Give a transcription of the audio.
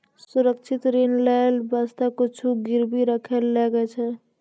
सुरक्षित ऋण लेय बासते कुछु गिरबी राखै ले लागै छै